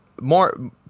More